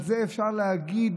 על זה אפשר להגיד